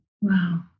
Wow